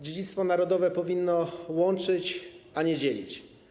Dziedzictwo narodowe powinno łączyć, a nie dzielić.